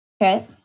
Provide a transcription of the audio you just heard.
Okay